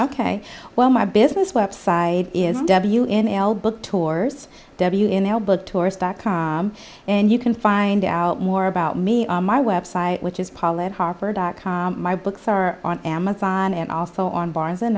ok well my business website is w in l book tours tourist dot com and you can find out more about me on my website which is paulette harper dot com my books are on amazon and also on barnes and